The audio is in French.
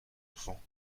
enfants